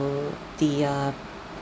the err